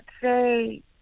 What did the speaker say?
say